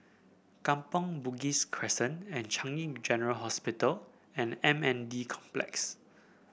Kampong Bugis Crescent Changi General Hospital and M N D Complex